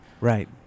Right